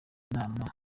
n’inama